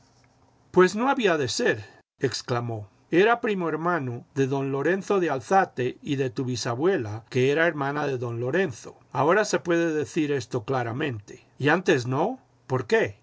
pues no había de ser exclamó era primo hermano de don lorenzo de álzate y de tu bisabuela que era hermana de don lorenzo ahora se puede decir esto claramente y antes no por qué